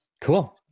Cool